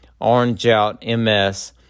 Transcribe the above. OrangeOutMS